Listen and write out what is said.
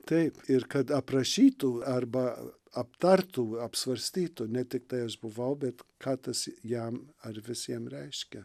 taip ir kad aprašytų arba aptartų apsvarstytų ne tiktai aš buvau bet ką tas jam ar visiem reiškia